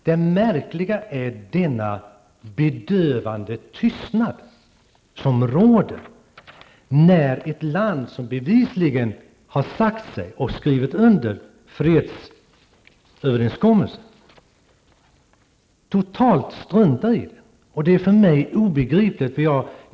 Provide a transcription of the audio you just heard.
Det märkliga är den bedövande tystnad som råder trots att ett land som bevisligen skrivit under fredsöverenskommelsen helt struntar i den. Det är för mig obegripligt.